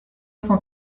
cent